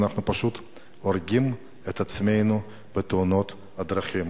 אנחנו פשוט הורגים את עצמנו בתאונות הדרכים.